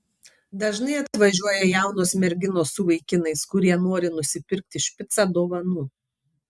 dažnai atvažiuoja jaunos merginos su vaikinais kurie nori nusipirkti špicą dovanų